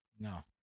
No